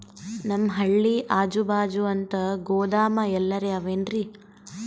ನಮ್ ಹಳ್ಳಿ ಅಜುಬಾಜು ಅಂತ ಗೋದಾಮ ಎಲ್ಲರೆ ಅವೇನ್ರಿ?